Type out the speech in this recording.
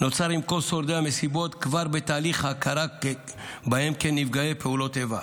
נוצר עם כל שורדי המסיבות כבר בתהליך ההכרה בהם כנפגעי פעולות איבה.